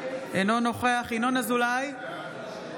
אינו נוכח ינון אזולאי,